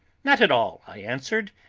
not at all, i answered.